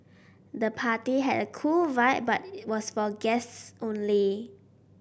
the party had a cool vibe but was for guests only